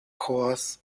corps